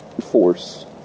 force